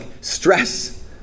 stress